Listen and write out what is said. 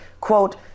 quote